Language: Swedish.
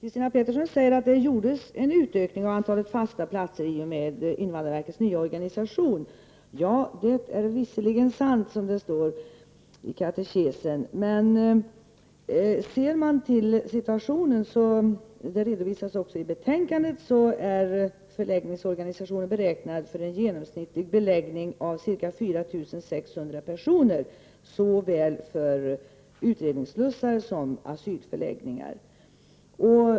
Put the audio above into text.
Herr talman! Christina Pettersson säger att antalet fasta platser utökades i och med invandrarverkets nya organisation. Det är visserligen sant, som det står i katekesen. Men om man ser på situationen är förläggningsorganisationen beräknad för en genomsnittlig beläggning på ca 4600 personer, och detta gäller såväl utredningsslussar som asylförläggningar.